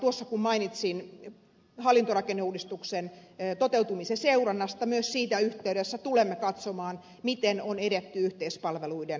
tuossa kun mainitsin hallintorakenneuudistuksen toteutumisen seurannasta myös siinä yhteydessä tulemme katsomaan miten on edetty yhteispalveluiden osalta